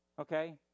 Okay